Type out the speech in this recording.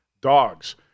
dogs